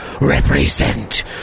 Represent